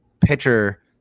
pitcher